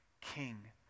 king